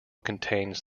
contains